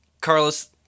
Carlos